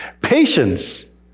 Patience